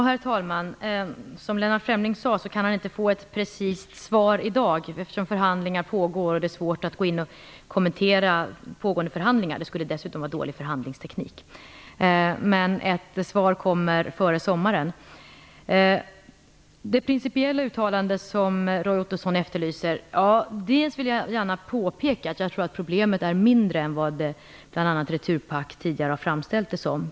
Herr talman! Som Lennart Fremling själv sade så kan han inte få ett precist svar i dag. Förhandlingar pågår och det är svårt att kommentera pågående förhandlingar. Det skulle dessutom vara en dålig förhandlingsteknik. Men före sommaren kommer ett svar. Ottosson efterlyser vill jag gärna påpeka att jag tror att problemet är mindre än bl.a. Returpack tidigare framställt det.